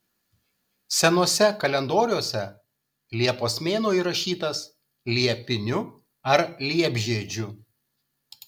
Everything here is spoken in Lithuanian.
senuose kalendoriuose liepos mėnuo įrašytas liepiniu ar liepžiedžiu